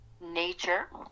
nature